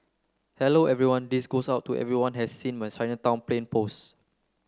hello everyone this goes out to everyone has seen my Chinatown plane post